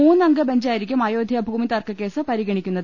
മൂന്നംഗ ബെഞ്ചായിരിക്കും അയോധ്യ ഭൂമിതർക്ക ക്കേസ് പരിഗണിക്കുന്നത്